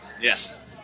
Yes